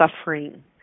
suffering